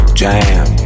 jam